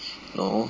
no